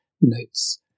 Notes